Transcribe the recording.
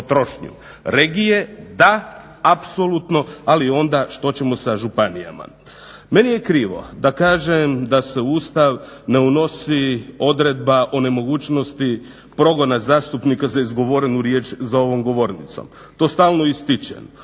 Regije da, apsolutno, ali onda što ćemo sa županijama. Meni je krivo da kažem da se u Ustav ne unosi odredba o nemogućnosti progona zastupnika za izgovorenu riječ za ovom govornicom, to stalno ističem.